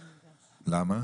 למה?